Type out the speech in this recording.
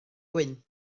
gwyn